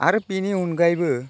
आरो बेनि अनगायैबो